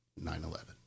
9-11